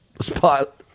spot